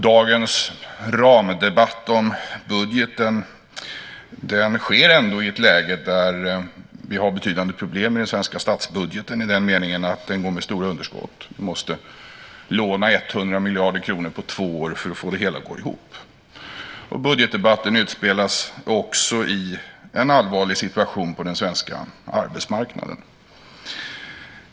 Dagens ramdebatt om budgeten sker ändå i ett läge där vi har betydande problem med den svenska statsbudgeten i den meningen att den går med stora underskott. Vi måste låna 100 miljarder kronor på två år för att få det hela att gå ihop. Budgetdebatten utspelas också i en allvarlig situation på den svenska arbetsmarknaden.